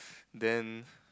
then